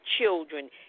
children